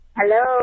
Hello